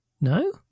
No